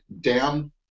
down